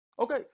Okay